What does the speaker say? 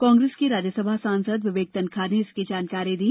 कांग्रेस के राज्यसभा सांसद विवेक तन्खा ने इसकी जानकारी दी